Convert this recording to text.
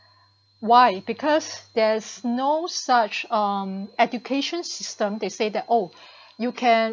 why because there's no such um education system they say that oh you can